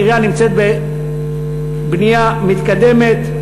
הקריה נמצאת בבנייה מתקדמת,